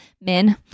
men